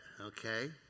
okay